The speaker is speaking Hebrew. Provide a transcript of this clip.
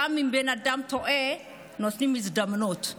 גם חברת הכנסת תמנו, גם משה סולומון.